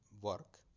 work